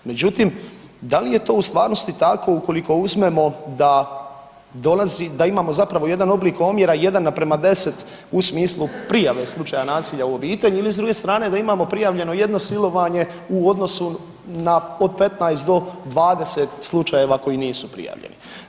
Međutim, da li je to u stvarnosti tako ukoliko uzmemo da dolazi, da imamo zapravo jedan oblik omjera 1:10 u smislu prijave slučaja nasilja u obitelji ili s druge strane da imamo prijavljeno jedno silovanje u odnosu na, od 15 do 20 slučajeva koji nisu prijavljeni.